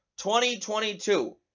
2022